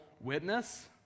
witness